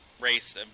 race